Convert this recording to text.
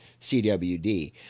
CWD